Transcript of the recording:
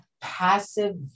passive